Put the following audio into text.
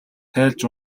тайлж